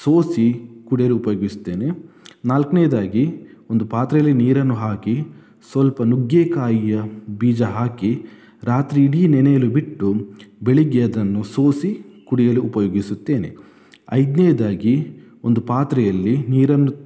ಸೋಸಿ ಕುಡಿಯಲು ಉಪಯೋಗಿಸ್ತೇನೆ ನಾಲ್ಕ್ನೇದಾಗಿ ಒಂದು ಪಾತ್ರೆಯಲ್ಲಿ ನೀರನ್ನು ಹಾಕಿ ಸ್ವಲ್ಪ ನುಗ್ಗೆಕಾಯಿಯ ಬೀಜ ಹಾಕಿ ರಾತ್ರಿ ಇಡೀ ನೆನೆಯಲು ಬಿಟ್ಟು ಬೆಳಗ್ಗೆ ಅದನ್ನು ಸೋಸಿ ಕುಡಿಯಲು ಉಪಯೋಗಿಸುತ್ತೇನೆ ಐದನೇದಾಗಿ ಒಂದು ಪಾತ್ರೆಯಲ್ಲಿ ನೀರನ್ನು